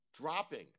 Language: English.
dropping